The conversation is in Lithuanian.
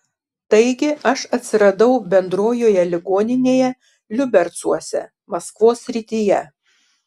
taigi aš atsiradau bendrojoje ligoninėje liubercuose maskvos srityje